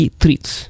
treats